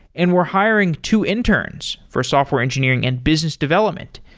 and we're hiring two interns for software engineering and business development.